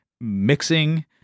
mixing